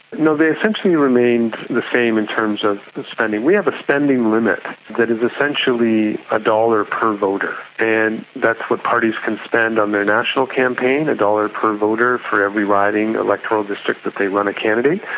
no, they essentially remained the same in terms of the spending. we have a spending limit that is essentially a dollar per voter, and that's what parties can spend on their national campaign, a dollar per voter for every riding electoral district that they run a candidate.